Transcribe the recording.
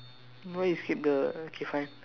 why you skip the K fine